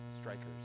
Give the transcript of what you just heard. strikers